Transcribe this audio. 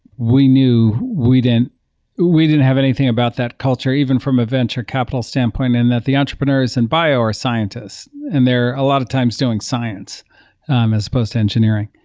we knew we didn't we didn't have anything about that culture, even from a venture capital standpoint and that the entrepreneurs and bio are scientists and they're a lot of times doing science um as opposed to engineering.